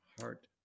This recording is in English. heart